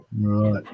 Right